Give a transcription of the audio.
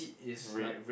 red